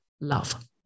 love